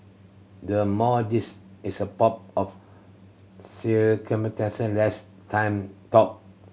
the more this is a pomp of circumstance the less time talk